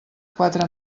quatre